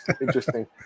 interesting